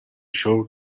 شکر